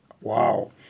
Wow